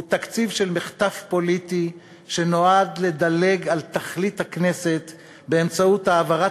הוא תקציב של מחטף פוליטי שנועד לדלג על תכלית הכנסת באמצעות העברת